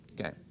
Okay